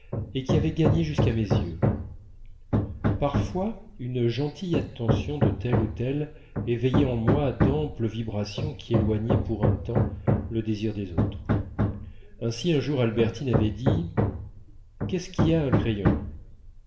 vague qui avait gagné jusqu'à mes yeux parfois une gentille attention de telle ou telle éveillait en moi d'amples vibrations qui éloignaient pour un temps le désir des autres ainsi un jour albertine avait dit qu'est-ce qui a un crayon